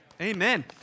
Amen